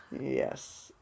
Yes